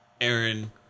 Aaron